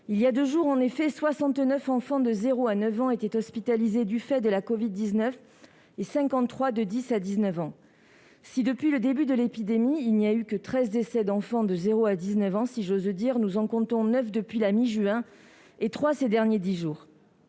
Il y a deux jours en effet, 69 enfants de 0 à 9 ans étaient hospitalisés du fait de la covid-19, et 53 de 10 à 19 ans. Si depuis le début de l'épidémie, il n'y a eu, si j'ose dire, que 13 décès d'enfants de 0 à 19 ans, nous en comptons 9 depuis la mi-juin, et 3 ces dix derniers jours.